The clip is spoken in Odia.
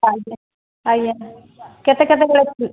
ଆଜ୍ଞା ଆଜ୍ଞା କେତେ କେତେବେଳେ